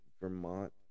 Vermont